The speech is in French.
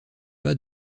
pas